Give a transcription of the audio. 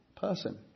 person